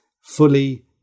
fully